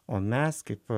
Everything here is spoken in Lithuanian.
o mes kaip